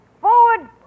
Forward